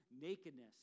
nakedness